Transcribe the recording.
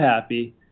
happy